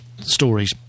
stories